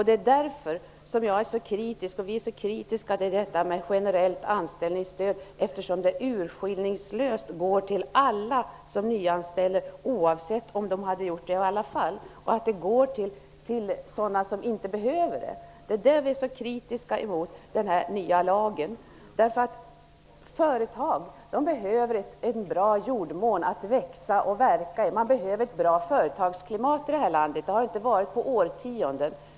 Det är därför som vi är så kritiska till generellt anställningsstöd, eftersom det urskiljningslöst går till alla som nyanställer, oavsett om de hade gjort det i alla fall, och att det går till sådana som inte behöver det. Det är i det avseendet vi är så kritiska mot den nya lagen. Företag behöver en bra jordmån att växa och verka i. Man behöver ett bra företagsklimat i det här landet. Det har det inte varit på årtionden.